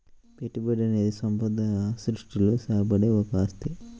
పెట్టుబడి అనేది సంపద సృష్టిలో సహాయపడే ఒక ఆస్తి